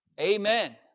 Amen